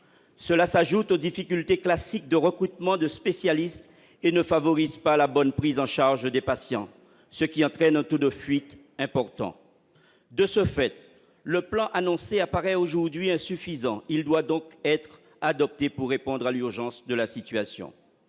cela s'ajoute aux difficultés classiques de recrutement de spécialistes et ne favorise pas la bonne prise en charge des patients, ce qui entraîne autour de fuite, important, de ce fait, le plan annoncé apparaît aujourd'hui insuffisant, il doit donc être adopté pour répondre à l'urgence de la situation,